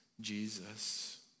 Jesus